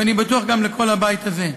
ואני בטוח שלכל הבית הזה.